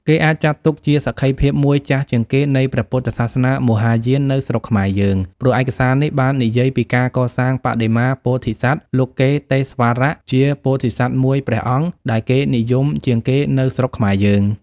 គេអាចចាត់ទុកជាសក្ខីភាពមួយចាស់ជាងគេនៃព្រះពុទ្ធសាសនាមហាយាននៅស្រុកខ្មែរយើង ព្រោះឯកសារនេះបាននិយាយពីការកសាងបដិមាពោធិសត្វលោកិតេស្វរៈជាពោធិសត្វមួយព្រះអង្គដែលគេនិយមជាងគេនៅស្រុកខ្មែរយើង។